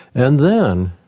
and then,